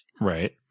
Right